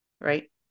Right